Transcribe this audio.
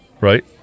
right